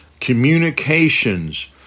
communications